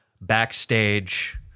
backstage